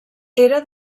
era